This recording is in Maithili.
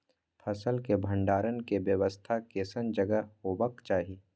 फसल के भंडारण के व्यवस्था केसन जगह हेबाक चाही?